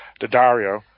Daddario